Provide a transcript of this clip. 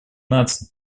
наций